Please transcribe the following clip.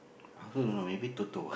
I also don't know maybe Toto ah